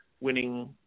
winning